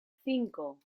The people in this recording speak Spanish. cinco